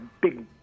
big